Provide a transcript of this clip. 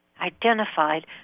identified